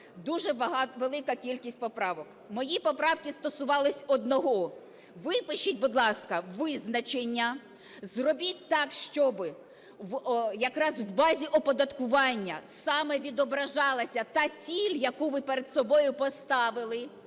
дуже велика кількість поправок. Мої поправки стосувались одного: випишіть, будь ласка, визначення, зробіть так, щоб якраз в базі оподаткування саме відображалася та ціль, яку ви перед собою поставили.